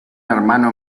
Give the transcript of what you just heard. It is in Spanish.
hermano